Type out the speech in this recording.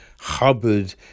Hubbard